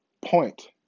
point